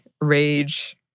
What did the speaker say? rage